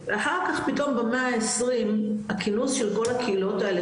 ואחר כך פתאום במאה ה-20 הכינוס של כל הקהילות האלה